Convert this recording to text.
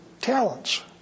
talents